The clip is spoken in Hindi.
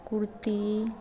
कुर्ती